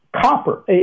copper